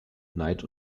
neid